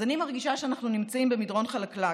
אז אני מרגישה שאנחנו נמצאים במדרון חלקלק,